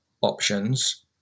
options